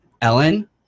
ellen